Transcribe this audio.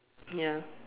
ya